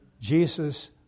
Jesus